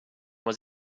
was